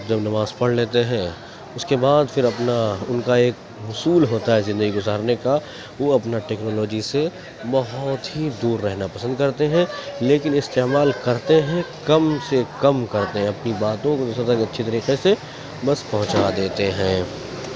جب نماز پڑھ لیتے ہیں اس کے بعد پھر اپنا ان کا ایک اصول ہوتا ہے زندگی گزارنے کا وہ اپنا ٹیکنالوجی سے بہت ہی دور رہنا پسند کرتے ہیں لیکن استعمال کرتے ہیں کم سے کم کرتے ہیں اپنی باتوں کو دوسروں تک اچھی طریقے سے بس پہنچا دیتے ہیں